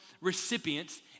recipients